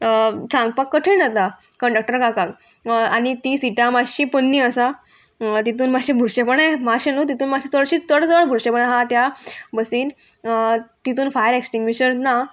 सांगपाक कठीण जाता कंडक्टर काकाक आनी तीं सिटां मातशीं पन्नी आसा तितून मातशें बुरशेंपणाय मातशें न्हू तितून मातशें चडशीं चड चड बुरशेपणां आहा त्या बसीन तितून फायर एक्सटींग्विशर ना